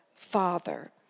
Father